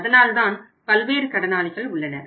அதனால்தான் பல்வேறு கடனாளிகள் உள்ளனர்